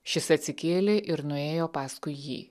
šis atsikėlė ir nuėjo paskui jį